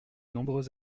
nombreux